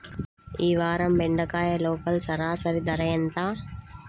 ఈ వారం బెండకాయ లోకల్ సరాసరి ధర ఎంత?